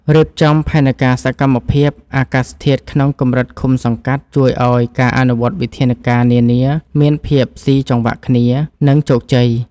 រៀបចំផែនការសកម្មភាពអាកាសធាតុក្នុងកម្រិតឃុំសង្កាត់ជួយឱ្យការអនុវត្តវិធានការនានាមានភាពស៊ីចង្វាក់គ្នា និង ជោគជ័យ។